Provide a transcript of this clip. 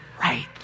right